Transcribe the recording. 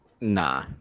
Nah